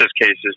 cases